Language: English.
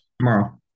tomorrow